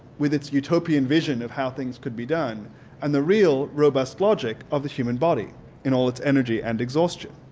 with its utopian vision of how things could be done and the real robust logic of the human body in all its energy and exhaustion.